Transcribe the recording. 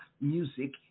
music